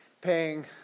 paying